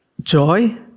joy